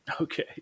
Okay